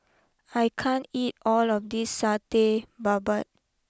I can't eat all of this Satay Babat